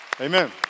Amen